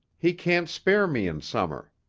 he can't spare me in summer.